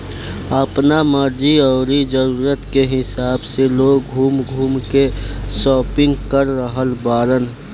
आपना मर्जी अउरी जरुरत के हिसाब से लोग घूम घूम के शापिंग कर रहल बाड़न